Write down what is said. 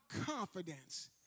confidence